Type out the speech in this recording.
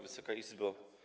Wysoka Izbo!